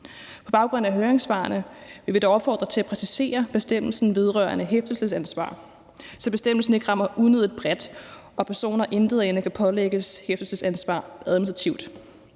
På baggrund af høringssvarene vil vi dog opfordre til at præcisere bestemmelsen vedrørende hæftelsesansvar, så bestemmelsen ikke rammer unødig bredt og personer intetanende kan pålægges et hæftelsesansvar administrativt.